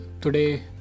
today